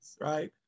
right